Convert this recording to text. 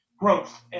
growth